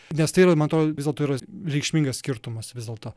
nes tai yra man atrodo vis dėlto yra reikšmingas skirtumas vis dėlto